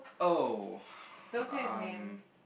oh um